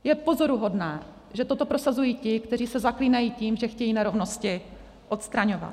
Je pozoruhodné, že toto prosazují ti, kteří se zaklínají tím, že chtějí nerovnosti odstraňovat.